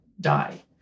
die